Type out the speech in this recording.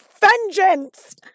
vengeance